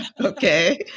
Okay